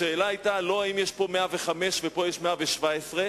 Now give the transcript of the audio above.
השאלה לא היתה אם יש פה 105 ושם יש 117,